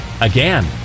again